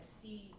see